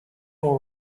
all